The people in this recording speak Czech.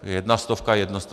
Jedna stovka je jedno sto.